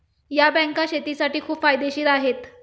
या बँका शेतीसाठी खूप फायदेशीर आहेत